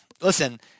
Listen